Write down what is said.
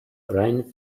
rein